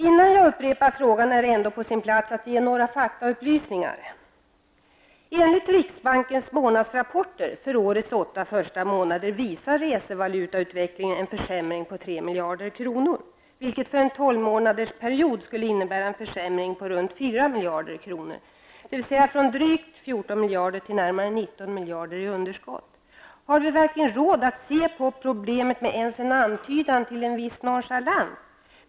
Innan jag upprepar frågan är det ändå på sin plats att lämna några faktaupplysningar. Enligt riksbankens månadsrapporter för årets åtta första månader visar resevalutautvecklingen en försämring på 3 miljarder kronor, vilket för en tolvmånadersperiod skulle innebära en försämring på runt 4 miljarder kronor, dvs. en förändring från drygt 14 miljarder till närmare 19 miljarder i underskott. Har vi verkligen råd att se på problemet med ens en antydan till nonchalans?